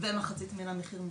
ומחצית ממנה במחיר מופחת,